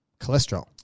cholesterol